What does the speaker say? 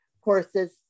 courses